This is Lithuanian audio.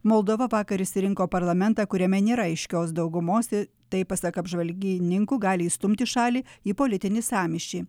moldova vakar išsirinko parlamentą kuriame nėra aiškios daugumos tai pasak apžvalgininkų gali įstumti šalį į politinį sąmyšį